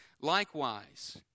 likewise